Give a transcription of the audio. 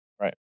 Right